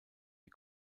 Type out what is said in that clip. die